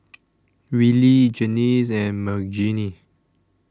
Rillie Janis and Margene